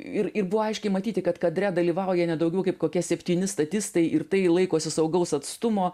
ir ir buvo aiškiai matyti kad kadre dalyvauja ne daugiau kaip kokie septyni statistai ir tai laikosi saugaus atstumo